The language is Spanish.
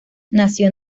nació